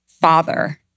father